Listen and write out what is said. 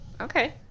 Okay